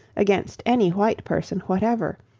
against any white person whatever,